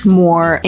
more